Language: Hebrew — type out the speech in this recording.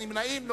נמנעים,